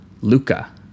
Luca